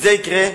כשזה יקרה,